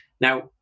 Now